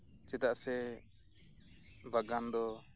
ᱪᱮᱫᱟᱜ ᱥᱮ ᱵᱟᱜᱟᱱ ᱫᱚ